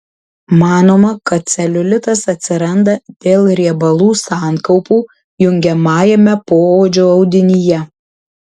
manoma kad celiulitas atsiranda dėl riebalų sankaupų jungiamajame poodžio audinyje